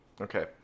Okay